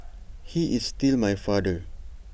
he is still my father